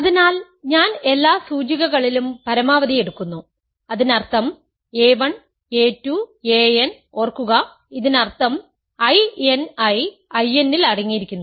അതിനാൽ ഞാൻ എല്ലാ സൂചികകളിലും പരമാവധി എടുക്കുന്നു അതിനർത്ഥം a1 a2 an ഓർക്കുക ഇതിനർത്ഥം I n I I n ൽ അടങ്ങിയിരിക്കുന്നു